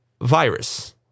virus